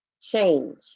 change